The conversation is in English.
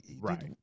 right